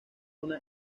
una